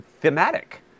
thematic